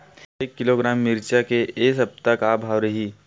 एक किलोग्राम मिरचा के ए सप्ता का भाव रहि?